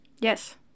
Yes